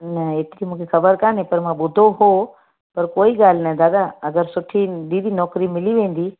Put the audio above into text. न एतिरी मूंखे ख़बरु कान्हे पर मां ॿुधो हो पर कोई ॻाल्हि नाहे दादा अगरि सुठी दीदी नौकिरी मिली वेंदी